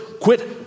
quit